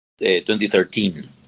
2013